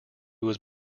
was